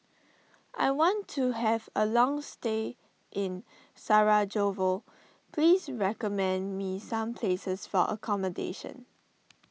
I want to have a long stay in Sarajevo please recommend me some places for accommodation